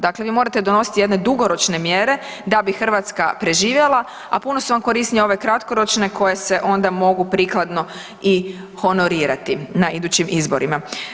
Dakle, vi morate donositi jedne dugoročne mjere da bi Hrvatska preživjela a puno su vam korisnije ove kratkoročne koje se onda mogu prikladno i honorirati na idućim izborima.